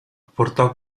portò